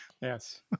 Yes